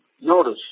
Notice